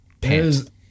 pants